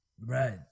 Right